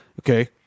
Okay